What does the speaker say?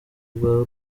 bwa